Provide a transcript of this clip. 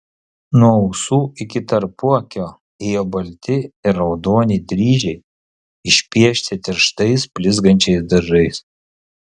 nuo ausų iki tarpuakio ėjo balti ir raudoni dryžiai išpiešti tirštais blizgančiais dažais